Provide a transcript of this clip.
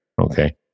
Okay